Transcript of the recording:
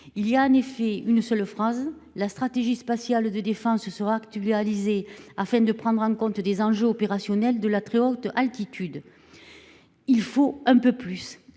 phrases y fait référence :« La stratégie spatiale de défense sera actualisée afin de prendre en compte des enjeux opérationnels de la très haute altitude. » Il faut un peu plus